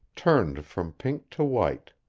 turned from pink to white.